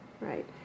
right